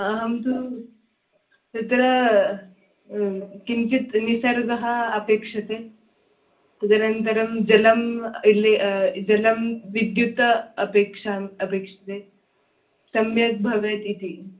अहं तु तत्र किञ्चित् निसर्गः अपेक्षते तदनन्तरं जलं इले जलं विद्युत् अपेक्षाम् अपेक्षते सम्यक् भवेत् इति